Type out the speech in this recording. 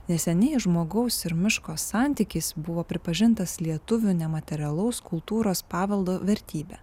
neseniai žmogaus ir miško santykis buvo pripažintas lietuvių nematerialaus kultūros paveldo vertybe